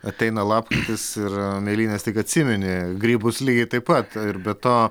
ateina lapkritis ir mėlynes tik atsimeni grybus lygiai taip pat ir be to